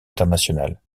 internationales